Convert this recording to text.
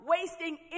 wasting